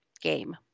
game